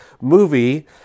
movie